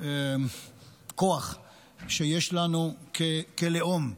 כוח שיש לנו כלאום: